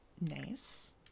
Nice